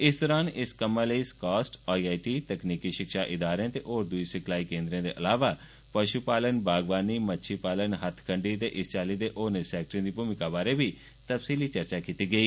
इस दौरान इस कम्मा लेई स्कास्ट आईटीआई तकनीकी शिक्षा इदारें ते होर दुए सिखलाई केन्द्रें दे अलावा शु ालन बागवानी मच्छी ालन हत्थखड्डी ते इस चाल्ली दे होरनें सक्ष्टरें दी भूमिका बारा बी चर्चा कीती गेई